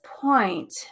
point